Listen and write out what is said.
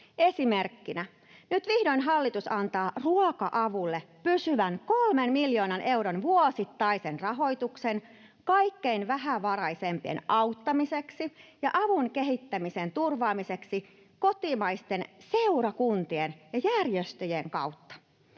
Esimerkkinä: nyt vihdoin hallitus antaa ruoka-avulle pysyvän kolmen miljoonan euron vuosittaisen rahoituksen kaikkein vähävaraisimpien auttamiseksi ja avun kehittämisen turvaamiseksi kotimaisten seurakuntien ja järjestöjen kautta.